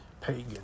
pagan